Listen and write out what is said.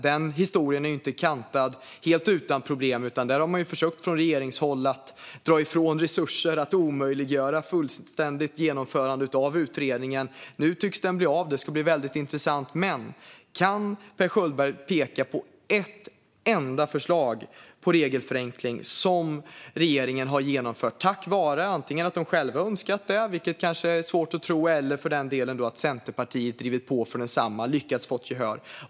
Denna historia är inte helt fri från problem, utan där har man från regeringshåll försökt dra ifrån resurser och omöjliggöra fullständigt genomförande av utredningen. Nu tycks den bli av, och det ska bli väldigt intressant. Men kan Per Schöldberg peka på ett enda förslag till regelförenkling som regeringen har genomfört tack vare att de antingen själva har önskat det - vilket kanske är svårt att tro - eller för att Centerpartiet har drivit på för detsamma och lyckats få gehör?